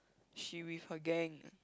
she with her gang